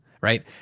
right